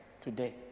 today